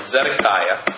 Zedekiah